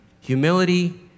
humility